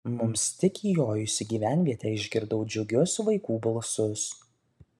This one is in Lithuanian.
mums tik įjojus į gyvenvietę išgirdau džiugius vaikų balsus